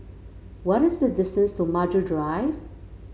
what is the distance to Maju Drive